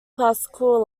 classical